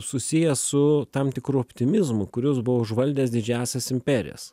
susijęs su tam tikru optimizmu kuris buvo užvaldęs didžiąsias imperijas